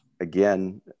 again